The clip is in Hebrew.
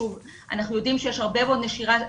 שוב, אנחנו יודעים שיש הרבה מאוד נשירה סמויה,